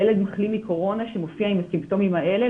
ילד מחלים מקורונה שמופיע עם הסימפטומים האלה,